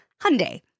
Hyundai